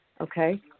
Okay